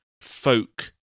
folk